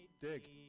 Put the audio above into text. dig